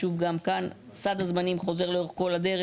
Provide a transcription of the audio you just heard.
שוב, גם כאן, סד הזמנים חוזר לאורך כל הדרך.